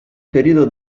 periodo